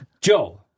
Joe